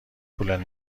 پول